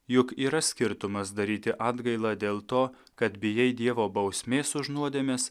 juk yra skirtumas daryti atgailą dėl to kad bijai dievo bausmės už nuodėmes